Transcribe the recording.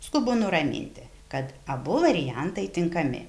skubu nuraminti kad abu variantai tinkami